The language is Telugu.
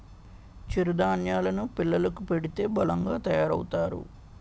చిరు ధాన్యేలు ను పిల్లలకు పెడితే బలంగా తయారవుతారు